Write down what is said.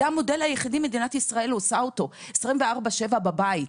במודל הזה של 24/7 בבית.